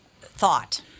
thought